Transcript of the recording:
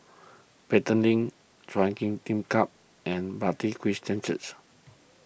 Pelton Link Chui Huay Lim Club and Bartley Christian Church